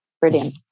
Brilliant